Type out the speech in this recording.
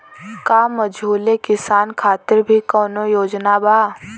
का मझोले किसान खातिर भी कौनो योजना बा?